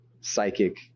psychic